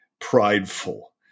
prideful